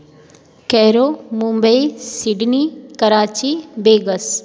Cairo Mumbai Sydney Karachi bags